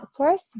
outsource